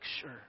sure